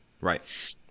right